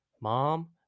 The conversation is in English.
mom